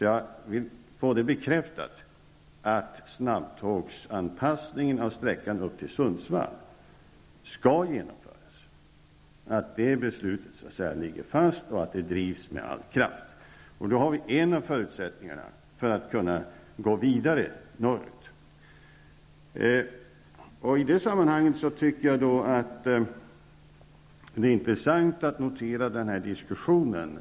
Jag vill få det bekräftat att snabbtågsanpassningen av sträckan upp till Sundsvall skall genomföras, att det beslutet ligger fast och att arbetet drivs med all kraft. Då har vi nått en av förutsättningarna för att gå vidare norrut. I det sammanhanget är det intressant att notera deltagarna i den här diskussionen.